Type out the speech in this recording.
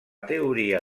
teoria